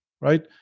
right